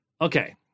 Okay